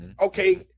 Okay